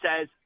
says